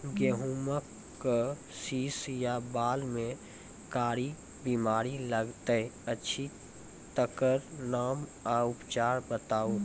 गेहूँमक शीश या बाल म कारी बीमारी लागतै अछि तकर नाम आ उपचार बताउ?